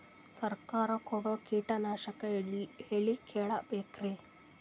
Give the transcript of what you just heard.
ಸರಕಾರ ಕೊಡೋ ಕೀಟನಾಶಕ ಎಳ್ಳಿ ಕೇಳ ಬೇಕರಿ?